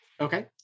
Okay